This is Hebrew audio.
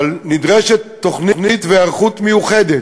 אבל נדרשות תוכנית והיערכות מיוחדת,